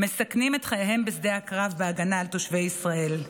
מסכנים את חייהם בשדה הקרב בהגנה על תושבי ישראל.